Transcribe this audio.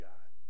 God